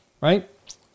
right